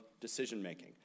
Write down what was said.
decision-making